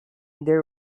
they